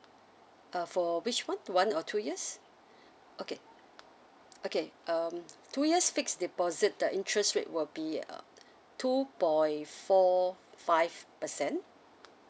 uh for which one one or two years okay okay um two years fixed deposit the interest rate will be uh two point four five percent